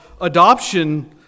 adoption